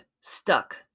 stuck